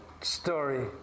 story